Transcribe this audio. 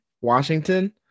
Washington